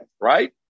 right